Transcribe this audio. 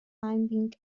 climbing